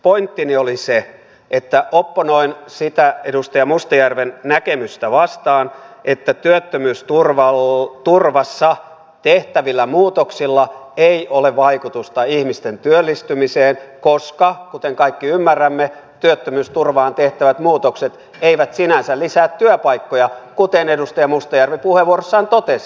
pointtini oli se että opponoin sitä edustaja mustajärven näkemystä vastaan että työttömyysturvaan tehtävillä muutoksilla ei ole vaikutusta ihmisten työllistymiseen koska kuten kaikki ymmärrämme työttömyysturvaan tehtävät muutokset eivät sinänsä lisää työpaikkoja kuten edustaja mustajärvi puheenvuorossaan totesi